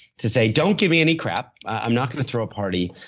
to say, don't get me any crap. i'm not going to throw a party.